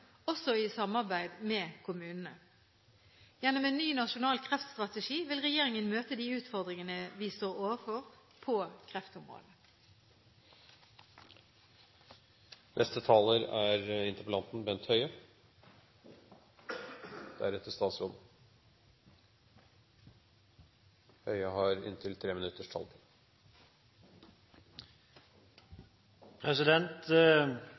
også i samarbeid med kommunene. Gjennom en ny nasjonal kreftstrategi vil regjeringen møte de utfordringer vi står overfor på kreftområdet. Jeg vil starte med å si at det er